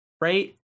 Right